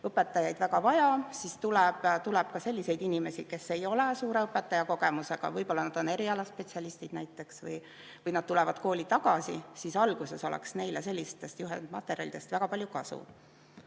õpetajaid väga vaja, siis tuleb ka selliseid inimesi, kes ei ole suure õpetajakogemusega. Võib-olla nad on erialaspetsialistid näiteks või nad tulevad kooli tagasi. Alguses oleks neile sellistest juhendmaterjalidest väga palju kasu. Aga